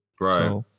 Right